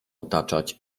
otaczać